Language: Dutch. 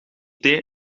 thee